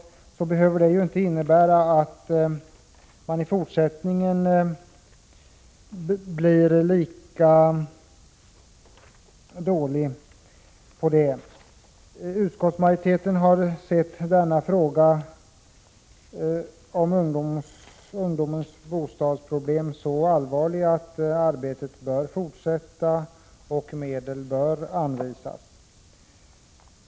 Men det behöver inte innebära att resultatet i fortsättningen blir lika dåligt. Utskottsmajoriteten har ansett att ungdomens bostadsproblem är så allvarliga att arbetet bör fortsätta och medel anvisas.